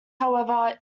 however